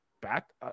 back